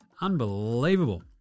Unbelievable